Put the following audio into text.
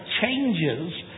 changes